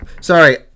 Sorry